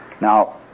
Now